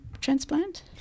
transplant